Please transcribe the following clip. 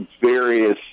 various